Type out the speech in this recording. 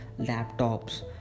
laptops